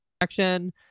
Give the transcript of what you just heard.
action